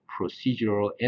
procedural